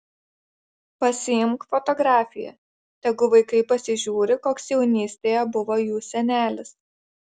pasiimk fotografiją tegu vaikai pasižiūri koks jaunystėje buvo jų senelis